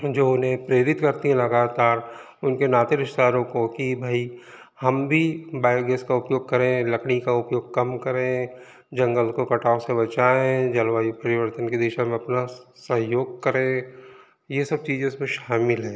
जो उन्हें प्रेरित करती हैं लगातार उनके नाते रिश्तेदारों को कि भई हम भी बायो गैस का उपयोग करें लकड़ी का उपयोग कम करें जंगल को कटाव से बचाएँ जलवायु परिवर्तन की दिशा में अपना सहयोग करें ये सब चीज़ें इसमें शामिल हैं